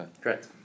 Correct